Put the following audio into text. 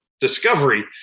discovery